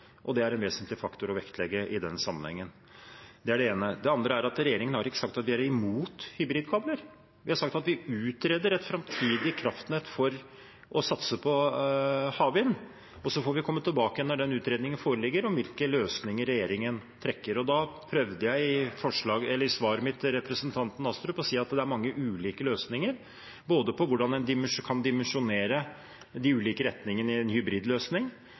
og det er en vesentlig faktor å vektlegge i den sammenhengen. Det er det ene. Det andre er at regjeringen ikke har sagt at vi er imot hybridkabler. Vi har sagt at vi utreder et framtidig kraftnett for å satse på havvind, og så får vi komme tilbake igjen når den utredningen foreligger, med hvilke løsninger regjeringen foretrekker. I svaret mitt til representanten Astrup prøvde jeg å si at det er mange ulike løsninger på hvordan man kan dimensjonere de ulike retningene i en